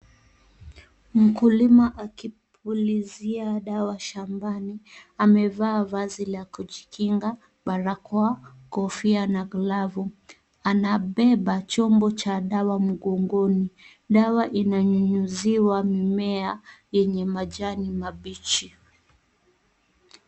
Mkulima akipulizia dawa shambani. Amevaa vazi la kujikinga, barakoa, kofia na glavu. Anabeba chombo cha dawa mgongoni. Dawa inanyunyiziwa mimea yenye majani mabichi.